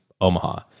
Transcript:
Omaha